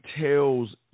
tells